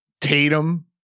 Tatum